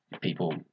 people